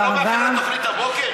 ביטן, אתה לא מאחר לתוכנית הבוקר?